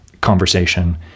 conversation